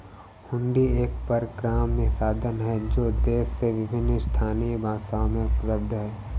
हुंडी एक परक्राम्य साधन है जो देश में विभिन्न स्थानीय भाषाओं में उपलब्ध हैं